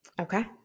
Okay